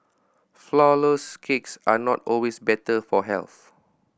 flourless cakes are not always better for health